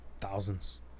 thousands